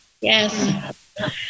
Yes